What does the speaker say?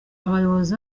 abayobozi